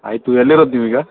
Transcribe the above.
ಆಯಿತು ಎಲ್ಲಿರೋದು ನೀವೀಗ